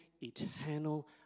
eternal